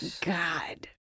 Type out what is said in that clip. God